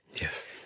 Yes